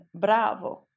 bravo